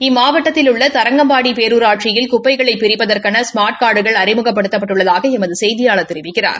இம்மாவட்டம் தரங்கம்பாடி பேரூராட்சியில் குப்பைகளை பிரிப்பதற்கென ஸ்மாா்ட் கார்டுகள் அறிமுகப்படுத்தப்பட்டுள்ளதாக எமது செய்தியாளர் தெரிவிக்கிறார்